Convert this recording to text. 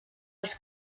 els